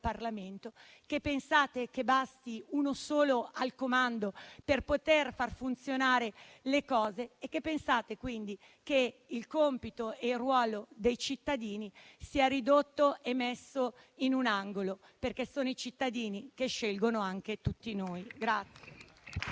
Parlamento; che pensate che basti uno solo al comando per poter far funzionare le cose e che pensate quindi che il compito e il ruolo dei cittadini siano ridotti e messi in un angolo, perché sono i cittadini che scelgono anche tutti noi.